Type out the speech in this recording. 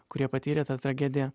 kurie patyrė tą tragediją